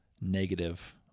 negative